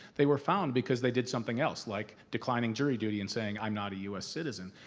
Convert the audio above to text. they were found because they did something else, like declining jury duty and saying i'm not a u s. citizen.